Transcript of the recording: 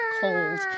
cold